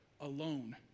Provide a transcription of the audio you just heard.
alone